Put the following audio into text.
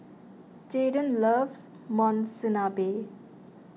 Jaiden loves Monsunabe